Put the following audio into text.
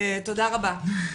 תודה רבה.